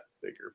figure